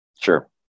Sure